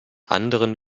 anderen